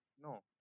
No